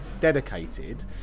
dedicated